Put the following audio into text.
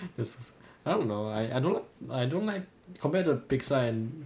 this is um I don't know I I don't know I don't like compared to pixar and